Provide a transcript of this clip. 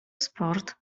sport